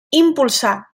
impulsà